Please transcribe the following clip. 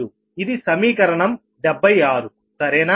ఇది సమీకరణం 76 సరేనా